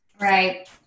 Right